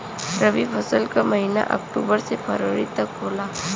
रवी फसल क महिना अक्टूबर से फरवरी तक होला